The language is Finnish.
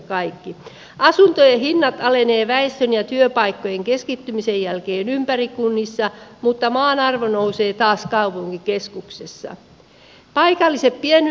asuntojen hinnat alenevat väestön ja työpaikkojen keskittymisen jälkeen ympäristökunnissa mutta maan arvo taas nousee kaupunkikeskuksissa